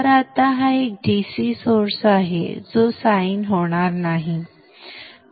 तर आता हा एक DC सोर्स आहे जो साइन होणार नाही